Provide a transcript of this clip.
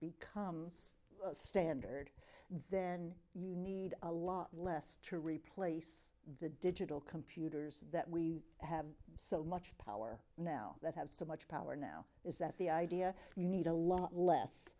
becomes standard then you need a lot less to replace the digital computers that we have so much power now that have so much power now is that the idea we need a lot less